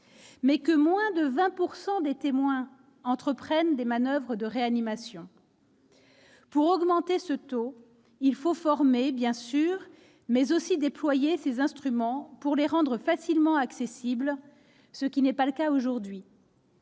mais que moins de 20 % des témoins entreprennent des manoeuvres de réanimation. Pour augmenter ce taux, il faut former, bien sûr, mais aussi déployer ces instruments pour les rendre facilement accessibles, ce qui n'est pas le cas aujourd'hui.